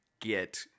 get